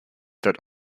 that